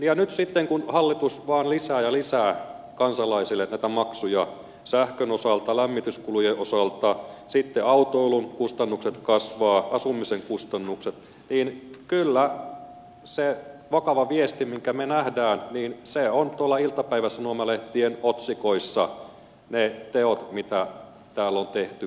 ja nyt sitten kun hallitus vain lisää ja lisää kansalaisille näitä maksuja sähkön osalta lämmityskulujen osalta autoilun kustannukset kasvavat asumisen kustannukset niin kyllä se vakava viesti minkä me näemme ovat iltapäivä ja sanomalehtien otsikoissa ne teot mitä täällä on tehty